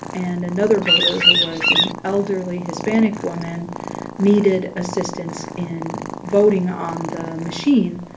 and another voter who was an elderly hispanic woman needed assistance in voting on the machine,